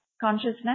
consciousness